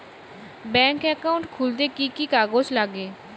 Bank account খুলতে কি কি কাগজ লাগে?